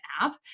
app